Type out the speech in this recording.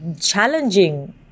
Challenging